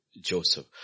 Joseph